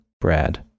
Brad